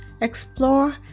explore